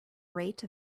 rate